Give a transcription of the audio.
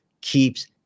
keeps